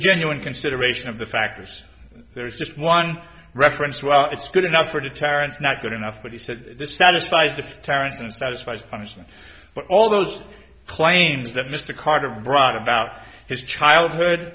genuine consideration of the factors there is just one reference well it's good enough for terrence not good enough but he said this satisfies the tyrant and satisfies punishment but all those claims that mr carter brought about his childhood